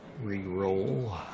re-roll